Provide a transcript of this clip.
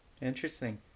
Interesting